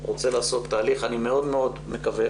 אני מאוד מקווה